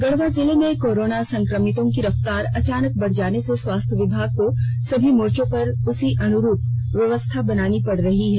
गढ़वा जिले में कोरोना संक्रमितो की रफ्तार अचानक बढ़ जाने से स्वास्थ्य विभाग को सभी मोर्चों पर उसी अनुरूप व्यवस्था बनानी पड़ रही है